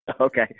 Okay